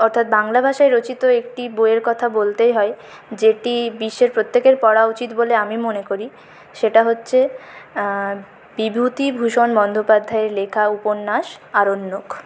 অর্থাৎ বাংলা ভাষায় রচিত একটি বইয়ের কথা বলতেই হয় যেটি বিশ্বের প্রত্যেকের পড়া উচিত বলে আমি মনে করি সেটা হচ্ছে বিভূতিভূষণ বন্দ্যোপাধ্যায়ের লেখা উপন্যাস আরণ্যক